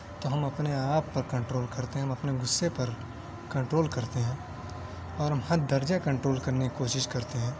تو ہم اپنے آپ پر کنٹرول کرتے ہیں ہم اپنے غصے پر کنٹرول کرتے ہیں اور ہم حد درجہ کنٹرول کرنے کی کوشش کرتے ہیں